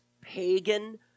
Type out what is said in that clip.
pagan